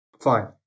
Fine